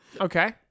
Okay